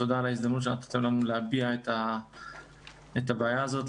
תודה על ההזדמנות שניתנה לנו להציג את הבעיה הזאת,